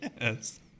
yes